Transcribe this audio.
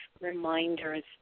reminders